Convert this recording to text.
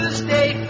stay